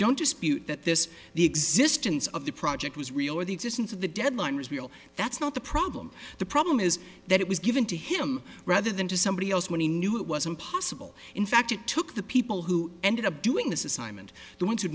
don't dispute that this the existence of the project was real or the existence of the deadline that's not the problem the problem is that it was given to him rather than to somebody else when he knew it was impossible in fact it took the people who ended up doing this assignment